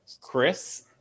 Chris